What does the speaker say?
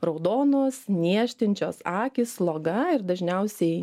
raudonos niežtinčios akys sloga ir dažniausiai